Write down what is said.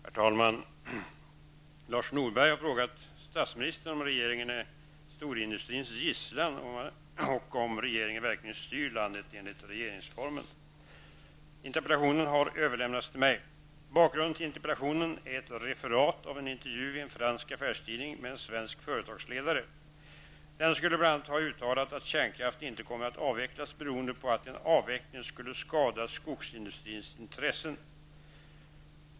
Herr talman! Lars Norberg har frågat statsministern om regeringen är storindustrins gisslan och om regeringen verkligen styr landet enligt regeringsformen. Interpellationen har överlämnats till mig. Bakgrunden till interpellationen är ett referat av en intervju i en fransk affärstidning med en svensk företagsledare. Denne skulle bl.a. ha uttalat att kärnkraften inte kommer att avvecklas beroende på att en avveckling skulle skada skogsindustrins intressen.